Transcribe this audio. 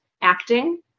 acting